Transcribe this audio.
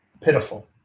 pitiful